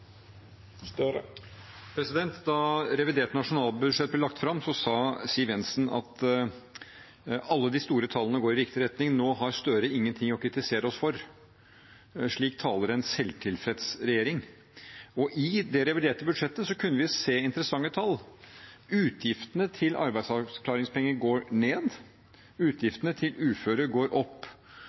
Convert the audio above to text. Støre ingen ting å kritisere oss for. – Slik taler en selvtilfreds regjering. I det reviderte budsjettet kunne vi se interessante tall. Utgiftene til arbeidsavklaringspenger går ned, utgiftene til uføre går opp.